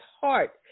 heart